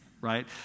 Right